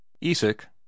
Isak